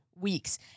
weeks